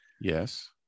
Yes